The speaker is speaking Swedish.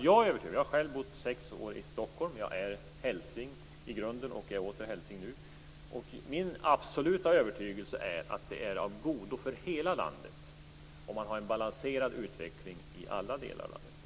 Jag har själv bott sex år i Stockholm, jag är hälsing i grunden och är det nu. Min absoluta övertygelse är att det är av godo för hela landet om man har en balanserad utveckling i alla delar av landet.